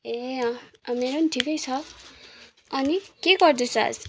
ए मेरो पनि ठिकै छ अनि के गर्दैछस्